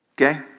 Okay